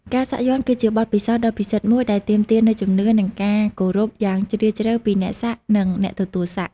ការសាក់យ័ន្តគឺជាបទពិសោធន៍ដ៏ពិសិដ្ឋមួយដែលទាមទារនូវជំនឿនិងការគោរពយ៉ាងជ្រាលជ្រៅពីអ្នកសាក់និងអ្នកទទួលសាក់។